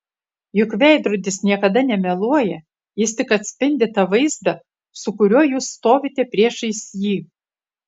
juk veidrodis niekada nemeluoja jis tik atspindi tą vaizdą su kuriuo jūs stovite priešais jį